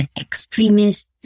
extremists